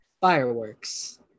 Fireworks